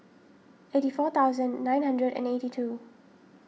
eighty four thousand nine hundred and eighty two